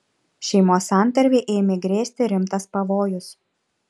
šeimos santarvei ėmė grėsti rimtas pavojus